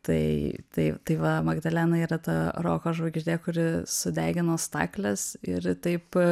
tai tai tai va magdalena yra ta roko žvaigždė kuri sudegino stakles ir taip